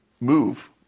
move